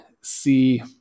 see